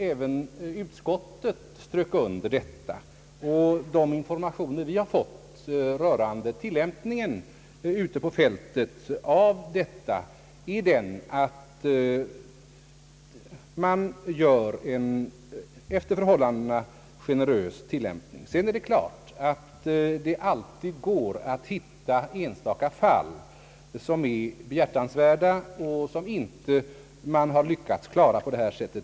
Även utskottet strök under detta, och de informationer vi fått rörande tillämpningen ute på fältet går ut på att man gör en efter förhållandena generös. tillämpning. Det är klart att det alltid går att hitta enstaka fall som är behjärtansvärda och som man inte lyckats klara på detta sätt.